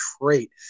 trait